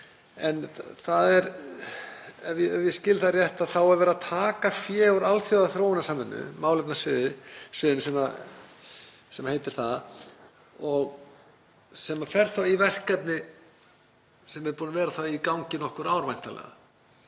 millj. kr. Ef ég skil þetta rétt þá er verið að taka fé úr alþjóðaþróunarsamvinnu, málefnasviðinu sem heitir það, fé sem fer í verkefni sem eru búin að vera í gangi nokkur ár væntanlega,